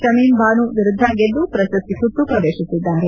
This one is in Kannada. ಶಮೀಮ್ ಬಾನು ವಿರುದ್ದ ಗೆದ್ದು ಪ್ರಶಸ್ತಿ ಸುತ್ತು ಪ್ರವೇಶಿಸಿದ್ದಾರೆ